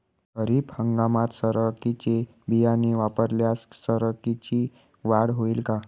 खरीप हंगामात सरकीचे बियाणे वापरल्यास सरकीची वाढ होईल का?